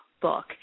book